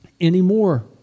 anymore